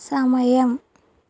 సమయం